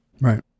Right